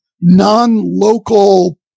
non-local